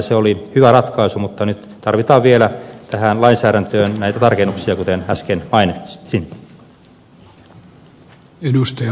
se oli hyvä ratkaisu mutta nyt tarvitaan vielä tähän lainsäädäntöön näitä tarkennuksia kuten äsken mainitsin